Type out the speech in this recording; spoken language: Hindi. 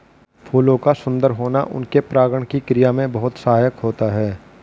फूलों का सुंदर होना उनके परागण की क्रिया में बहुत सहायक होता है